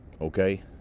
okay